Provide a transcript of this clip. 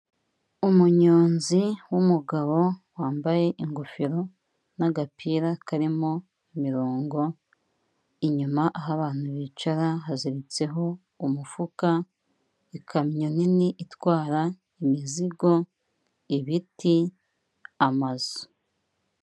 Umunyonzi w'umugabo wambaye ingofero n'agapira karimo imirongo, inyuma aho abantu bicara haziritseho umufuka, ikamyo nini itwara imizigo, ibiti, amazu.